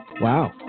Wow